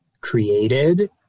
created